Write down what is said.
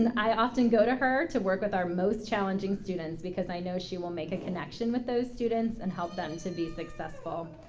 and i often go to her to work with our most challenging students because i know she will make a connection with those students and help them to be successful.